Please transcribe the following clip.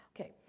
okay